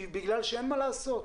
אין מה לעשות,